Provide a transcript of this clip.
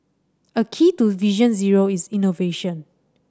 a key to Vision Zero is innovation